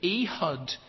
Ehud